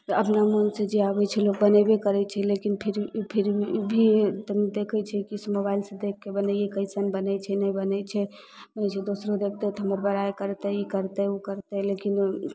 अपना मोनसँ जे आबय छै लोक बनेबे करै छै लेकिन फिर फिर भी देखै छियै की से मोबाइल से देख के बनैयै कैसन बनै छै नै बनै छै ओइसे दोसरो देखतै तऽ हमर बड़ाइ करतै ई करतै उ करतै लेकिन